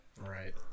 right